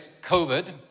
covid